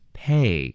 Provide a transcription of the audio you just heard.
pay